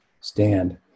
stand